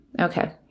Okay